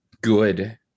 good